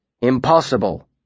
Impossible